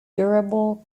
durable